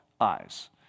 eyes